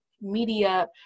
media